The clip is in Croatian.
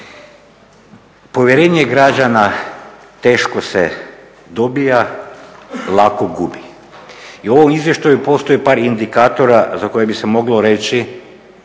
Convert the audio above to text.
Povjerenje građana teško se dobiva, lako gubi. I u ovom izvještaju postoji par indikatora za koje bi se moglo reći